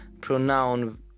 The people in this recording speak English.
pronoun